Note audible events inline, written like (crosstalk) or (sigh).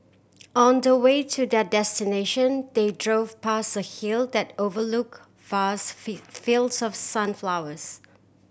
on the way to their destination they drove past a hill that overlook vast (unintelligible) fields of sunflowers